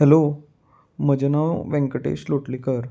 hello म्हजें नांव वेंकटेश लोटलीकर